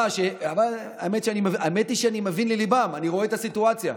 האמת היא שאני מבין לליבם, אני רואה את הסיטואציה.